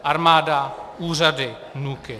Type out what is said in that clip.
Armáda, úřady, NÚKIB.